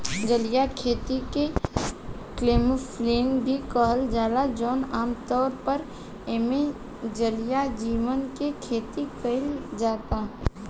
जलीय खेती के एक्वाफार्मिंग भी कहल जाला जवन आमतौर पर एइमे जलीय जीव के खेती कईल जाता